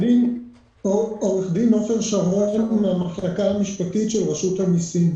עו"ד מהמחלקה המשפטית של רשות המסים.